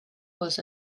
was